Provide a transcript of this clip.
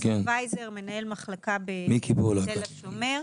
פרופסור וייזר מנהל מחלקה בתל השומר,